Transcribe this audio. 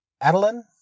Adeline